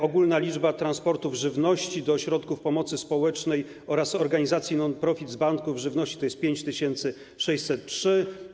Ogólna liczba transportów żywności do ośrodków pomocy społecznej oraz organizacji non profit z banków żywności to 5603.